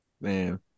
Man